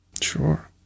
Sure